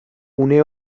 une